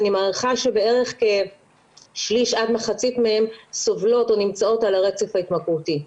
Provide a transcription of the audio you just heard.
אני מעריכה שכ-1/3 עד מחצית מהן סובלות או נמצאות על הרצף ההתמכרותי.